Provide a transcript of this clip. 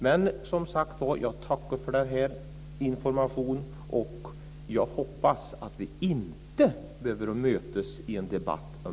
Jag tackar, som sagt, för informationen och hoppas att vi inte ska behöva mötas igen i en debatt om